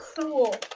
cool